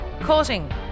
Cutting